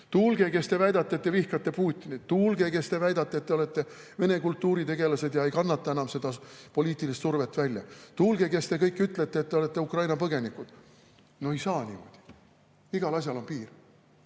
Tulge, kes te väidate, et te vihkate Putinit. Tulge, kes te väidate, et te olete Vene kultuuritegelased ja ei kannata enam seda poliitilist survet välja. Tulge, kes te kõik ütlete, et te olete Ukraina põgenikud. No ei saa niimoodi! Igal asjal on piir